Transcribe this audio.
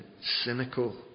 cynical